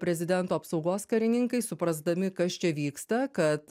prezidento apsaugos karininkai suprasdami kas čia vyksta kad